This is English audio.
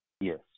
Yes